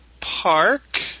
Park